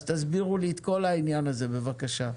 אז תסבירו לי את כל העניין הזה, בבקשה.